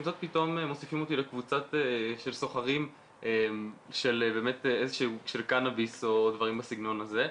זאת פתאום מוסיפים אותי לקבוצה של סוחרים של קנביס או דברים בסגנון הזה,